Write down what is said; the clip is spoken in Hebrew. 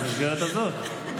במסגרת הזאת.